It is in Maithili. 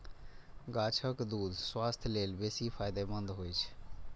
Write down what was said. गाछक दूछ स्वास्थ्य लेल बेसी फायदेमंद होइ छै